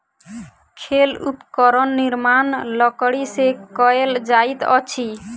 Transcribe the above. खेल उपकरणक निर्माण लकड़ी से कएल जाइत अछि